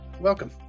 welcome